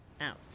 out